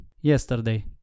Yesterday